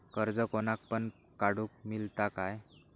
कर्ज कोणाक पण काडूक मेलता काय?